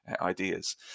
ideas